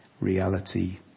reality